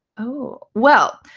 oh, well,